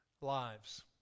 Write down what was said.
lives